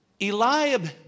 Eliab